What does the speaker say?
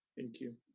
thank you.